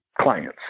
clients